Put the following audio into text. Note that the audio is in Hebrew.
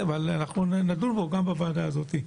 נדון בו גם בוועדה הזאת.